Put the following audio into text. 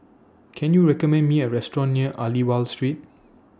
Can YOU recommend Me A Restaurant near Aliwal Street